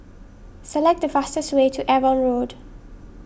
select the fastest way to Avon Road